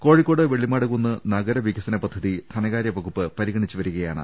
കോഴിക്കോട് വെള്ളിമാടുകുന്ന് നഗരവികസന പദ്ധതി ധനകാര്യ വകുപ്പ് പരിഗണിച്ചുവരികയാണ്